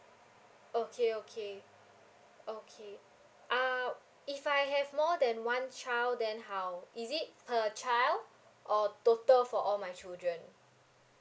okay okay okay uh if I have more than one child then how is it per child or total for all my children